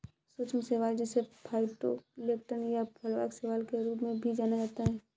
सूक्ष्म शैवाल जिसे फाइटोप्लैंक्टन या प्लवक शैवाल के रूप में भी जाना जाता है